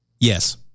Yes